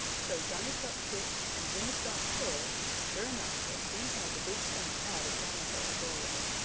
so johnny chuck pushed and jimmy skunk pulled, and sure enough they soon had the big stone out of johnny chuck's doorway.